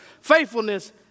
faithfulness